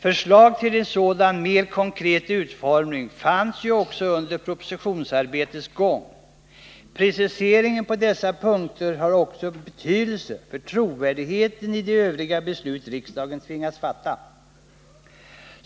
Förslag till en mer konkret utformning av dessa fanns ju också under propositionsarbetets gång. Preciseringen på dessa punkter har också betydelse för trovärdigheten i de övriga beslut riksdagen tvingas fatta.